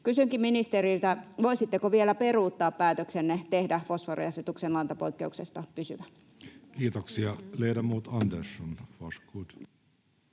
Kysynkin ministeriltä: voisitteko vielä peruuttaa päätöksenne tehdä fosforiasetuksen lantapoikkeuksesta pysyvä? Kiitoksia. — Ledamot Andersson, varsågod.